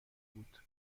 بود